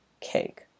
cake